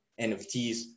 NFTs